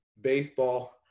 baseball